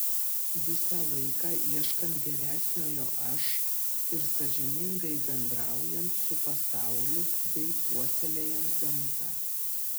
visą laiką ieškant geresniojo aš ir sąžiningai bendraujant su pasauliu bei puoselėjant gamtą